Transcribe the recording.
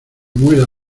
muera